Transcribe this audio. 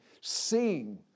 seeing